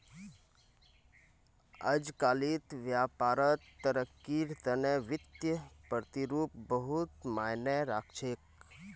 अजकालित व्यापारत तरक्कीर तने वित्तीय प्रतिरूप बहुत मायने राख छेक